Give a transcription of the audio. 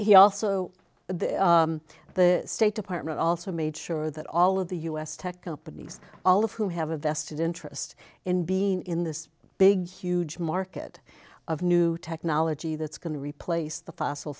also the state department also made sure that all of the u s tech companies all of whom have a vested interest in being in this big huge market of new technology that's going to replace the fossil